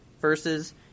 versus